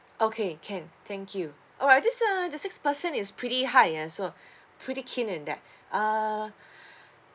okay can thank you alright this uh this six percent is pretty high ah so pretty keen in that uh